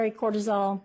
cortisol